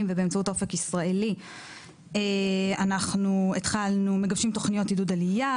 ובאמצעות אופק ישראלי אנחנו מגבשים תוכניות עידוד עלייה.